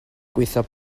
gwaethaf